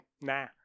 nah